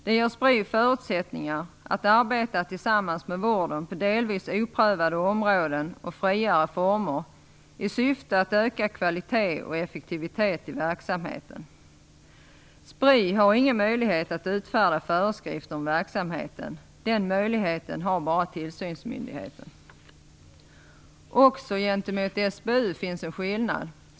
Det ger Spri förutsättningar att arbeta tillsammans med vården på delvis oprövade områden och i friare former i syfte att öka kvalitet och effektivitet i verksamheten. Spri har ingen möjlighet att utfärda föreskrifter om verksamheten. Den möjligheten har bara tillsynsmyndigheten. Också gentemot SBU finns en skillnad.